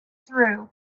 through